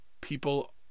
people